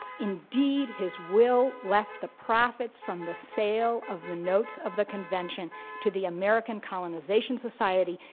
indeed, his will left the profits from the sale of the notes of the convention to the american colonization society,